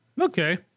Okay